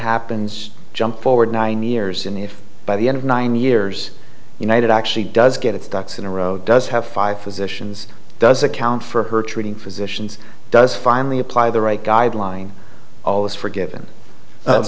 happens jump forward nine years in the if by the end of nine years united actually does get its ducks in a row does have five positions does account for her treating physicians does finally apply the right guideline all is forgiven